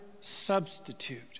substitute